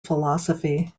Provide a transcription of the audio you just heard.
philosophy